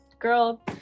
girl